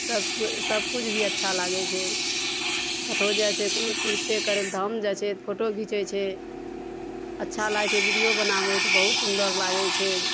सबकोइ सबकिछु भी अच्छा लागय छै कतहो जाइ छै कोनो तीर्थे करय लए धाम जाइ छै तऽ फोटो घीचय छै अच्छा लागय छै वीडियो बनाबय तऽ बहुत सुन्दर लागय छै